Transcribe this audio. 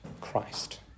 Christ